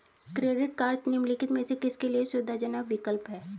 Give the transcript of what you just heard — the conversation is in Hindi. क्रेडिट कार्डस निम्नलिखित में से किसके लिए सुविधाजनक विकल्प हैं?